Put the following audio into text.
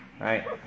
Right